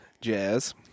Jazz